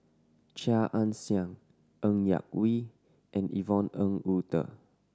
Chia Ann Siang Ng Yak Whee and Yvonne Ng Uhde